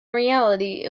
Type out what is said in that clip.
reality